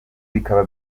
bikaba